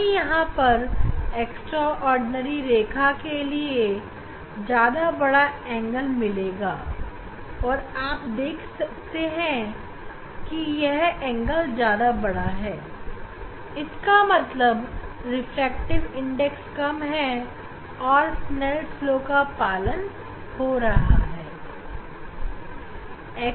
हमें यहां पर एक्स्ट्राऑर्डिनरी रे के लिए ज्यादा बढ़ा एंगल मिलेगा और आप देख सकते होंगे कि यह एंगल ज्यादा बड़ा है इसका मतलब रिफ्रैक्टिव इंडेक्स कम है और स्नेल लाSnell's law का पालन हो रहा है